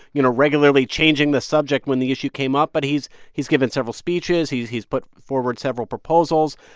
you know, regularly changing the subject when the issue came up. but he's he's given several speeches. he's he's put forward several proposals.